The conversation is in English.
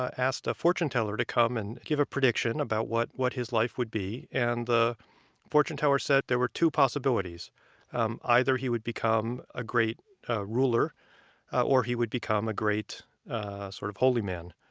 asked a fortune teller to come and give a prediction about what what his life would be. and the fortune teller said there were two possibilities um either he would become a great ruler or he would become a great sort of holy man.